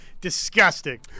Disgusting